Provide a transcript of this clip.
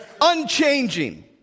unchanging